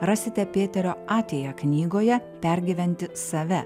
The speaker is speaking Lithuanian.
rasite pėterio atia knygoje pergyventi save